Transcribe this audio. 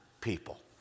people